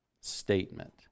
statement